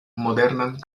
modernan